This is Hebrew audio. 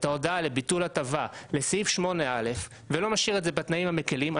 ההודעה לביטול הטבה לסעיף 8(א) ולא משאיר את זה בתנאים המקלים,